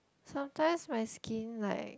sometimes my skin like